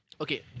Okay